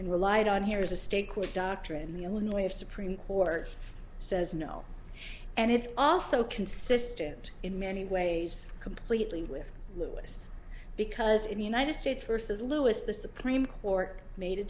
and relied on here is a state court doctrine the illinois supreme court says no and it's also consistent in many ways completely with louis because in the united states versus lewis the supreme court made a